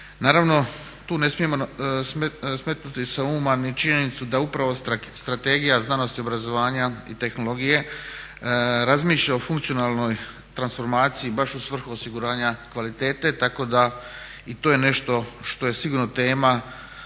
Naravno tu ne smijemo smetnuti sa uma ni činjenicu da upravo Strategija znanosti i obrazovanja i tehnologije razmišlja o funkcionalnoj transformaciji baš u svrhu osiguranja kvaliteta. Tako da i to je nešto što je sigurno tema,